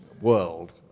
world